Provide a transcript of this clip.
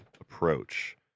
approach